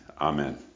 Amen